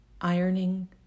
ironing